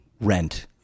rent